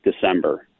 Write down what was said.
December